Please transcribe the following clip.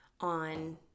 on